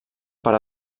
per